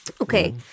Okay